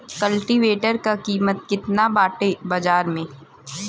कल्टी वेटर क कीमत केतना बाटे बाजार में?